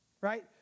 right